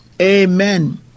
Amen